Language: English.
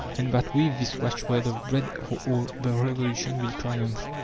and that with this watchword of bread for all the revolution will triumph.